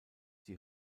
die